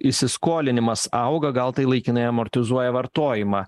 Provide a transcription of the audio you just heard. įsiskolinimas auga gal tai laikinai amortizuoja vartojimą